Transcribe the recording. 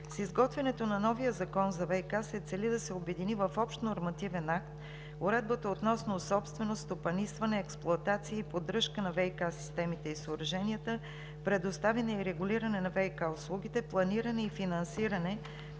С изготвянето на новия закон за ВиК се цели да се обедини в общ нормативен акт уредбата относно собственост, стопанисване, експлоатация и поддръжка на ВиК системите и съоръженията, предоставяне и регулиране на ВиК услугите, планиране и финансиране на